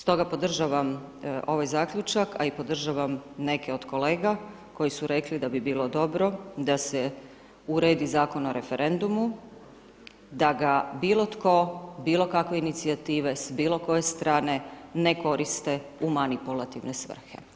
Stoga podržavam ovaj zaključak, a i podržavam neke od kolega koji su rekli da bi bilo dobro da se uredi Zakon o referendumu, da ga bilo tko, bilo kakove inicijative s bilo koje strane ne koriste u manipulativne svrhe.